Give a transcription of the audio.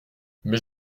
mais